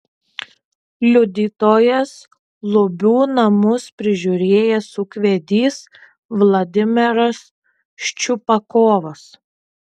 liudytojas lubių namus prižiūrėjęs ūkvedys vladimiras ščiupakovas